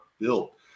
built